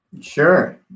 Sure